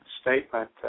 statement